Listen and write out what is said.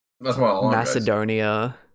Macedonia